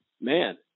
man